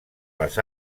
les